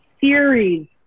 series